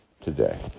today